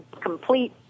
complete